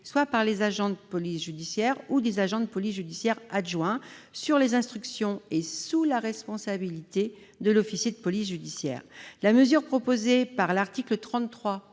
alors être effectué par des APJ ou des agents de police judiciaire adjoints, sur les instructions et sous la responsabilité de l'officier de police judiciaire. La mesure proposée par l'article 33